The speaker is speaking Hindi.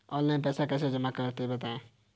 ऑनलाइन पैसा कैसे जमा करें बताएँ?